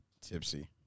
tipsy